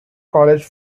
college